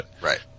Right